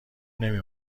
نمی